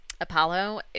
Apollo